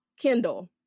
Kendall